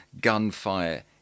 gunfire